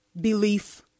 belief